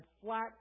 flat